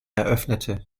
eröffnete